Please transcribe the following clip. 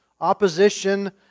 opposition